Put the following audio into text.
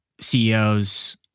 CEOs